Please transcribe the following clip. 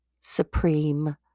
supreme